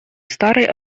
старый